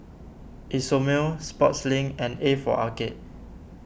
Isomil Sportslink and A for Arcade